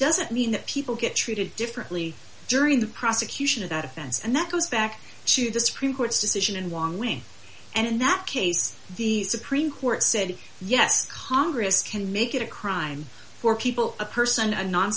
doesn't mean that people get treated differently during the prosecution of that offense and that goes back to the supreme court's decision and long when and in that case the supreme court said yes congress can make it a crime for people a person a non